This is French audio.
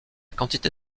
quantité